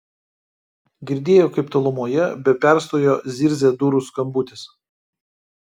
girdėjo kaip tolumoje be perstojo zirzia durų skambutis